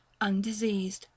undiseased